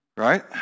right